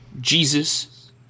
Jesus